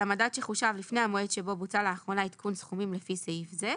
שחושב לפני המועד שבו בוצע לאחרונה עדכון סכומים לפי סעיף זה,